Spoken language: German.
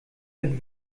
mit